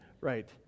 Right